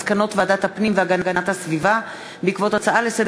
מסקנות ועדת הפנים והגנת הסביבה בנושא: